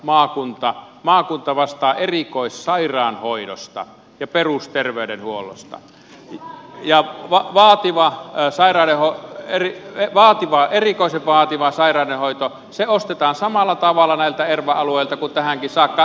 maakunta vastaa erikoissairaanhoidosta ja perusterveydenhuollosta ja erikoisen vaativa sairaudenhoito ostetaan samalla tavalla näiltä erva alueilta kuin tähänkin saakka